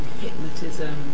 hypnotism